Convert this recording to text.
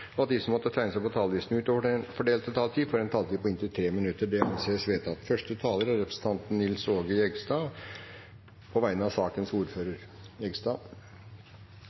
og at de som måtte tegne seg på talerlisten utover den fordelte taletid, får en taletid på inntil 3 minutter. – Det anses vedtatt.